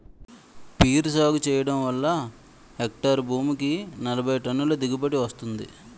peer సాగు చెయ్యడం వల్ల హెక్టారు భూమికి నలబైటన్నుల దిగుబడీ వస్తుంది